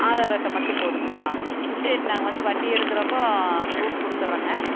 ஆதார் அட்டை மட்டும் போதுங்களா சரி நாங்கள் வந்து வண்டி எடுக்கிறப்ப ப்ரூஃப் கொடுத்துட்றேங்க